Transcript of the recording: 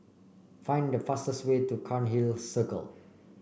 find the fastest way to Cairnhill Circle